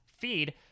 feed